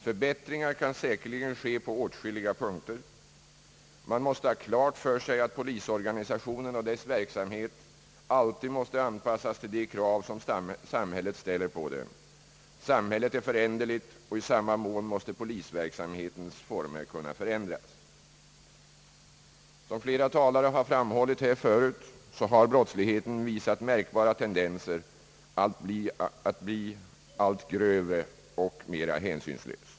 Förbättringar kan säkerligen ske på åtskilliga punkter, men man måste ha klart för sig att polisorganisationen och dess verksamhet alltid måste anpassas till de krav samhället ställer på den. Samhället är föränderligt och i samma mån måste polisverksamhetens former kunna förändras. Såsom flera talare har framhållit här förut, har brottsligheten visat märkbara tendenser till att bli allt grövre och mera hänsynslös.